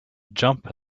jump